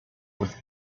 with